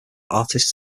artists